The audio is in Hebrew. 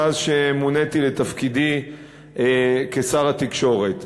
מאז שמוניתי לתפקיד שר התקשורת.